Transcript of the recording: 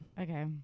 Okay